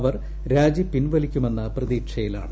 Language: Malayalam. അവർ രാജി പിൻവലിക്കുമെന്ന പ്രതീക്ഷയിലാണ്